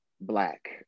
Black